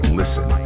listen